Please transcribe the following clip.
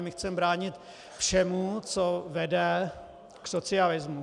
My chceme bránit všemu, co vede k socialismu.